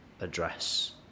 address